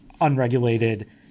unregulated